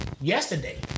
Yesterday